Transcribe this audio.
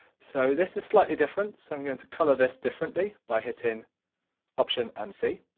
so this is slightly different so i'm going to colour this differently by hitting option and c,